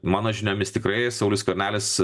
mano žiniomis tikrai saulius skvernelis